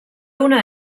una